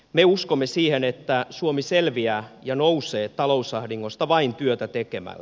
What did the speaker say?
me uskomme siihen että suomi selviää ja nousee talousahdingosta vain työtä tekemällä